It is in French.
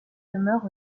demeure